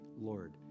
Lord